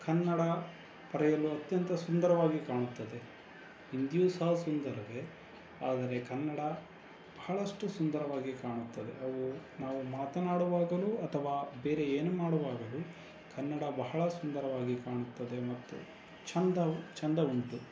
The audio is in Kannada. ಕನ್ನಡ ಬರೆಯಲು ಅತ್ಯಂತ ಸುಂದರವಾಗಿ ಕಾಣುತ್ತದೆ ಹಿಂದಿಯೂ ಸಹ ಸುಂದರವೇ ಆದರೆ ಕನ್ನಡ ಬಹಳಷ್ಟು ಸುಂದರವಾಗಿ ಕಾಣುತ್ತದೆ ಅವು ನಾವು ಮಾತನಾಡುವಾಗಲೂ ಅಥವಾ ಬೇರೆ ಏನು ಮಾಡುವಾಗಲೂ ಕನ್ನಡ ಬಹಳ ಸುಂದರವಾಗಿ ಕಾಣುತ್ತದೆ ಮತ್ತು ಚಂದ ಚಂದ ಉಂಟು